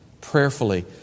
prayerfully